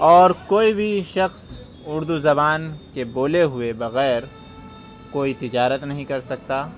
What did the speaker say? اور کوئی بھی شخص اردو زبان کے بولے ہوئے بغیر کوئی تجارت نہیں کر سکتا